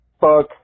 fuck